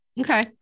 okay